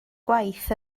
gwaith